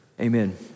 Amen